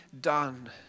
done